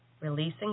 releasing